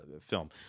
film